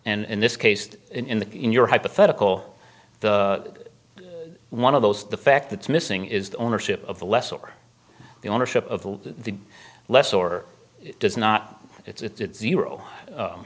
and in this case in the in your hypothetical one of those the fact that's missing is the ownership of the less or the ownership of the less or does not